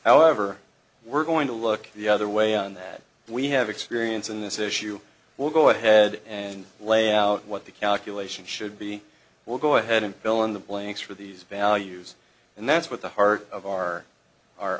however we're going to look the other way and that we have experience in this issue we'll go ahead and lay out what the calculation should be we'll go ahead and fill in the blanks for these values and that's what the heart of our our